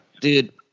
dude